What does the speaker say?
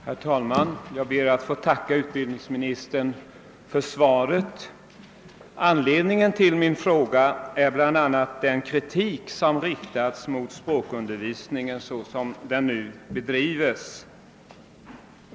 Herr talman! Jag ber att få tacka utbildningsministern för svaret. Anledningen till min fråga är bl.a. den kritik som riktats mot språkundervisningen såsom den nu bedrivs.